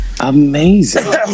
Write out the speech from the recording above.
Amazing